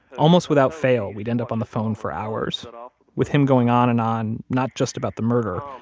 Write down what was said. almost without fail, we'd end up on the phone for hours, with him going on and on, not just about the murder,